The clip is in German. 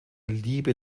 liebe